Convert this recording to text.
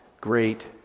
great